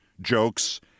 jokes